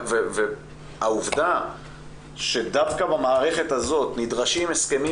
העובדה שדווקא במערכת הזאת נדרשים הסכמים